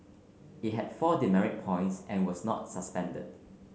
it had four demerit points and was not suspended